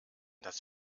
das